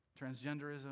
transgenderism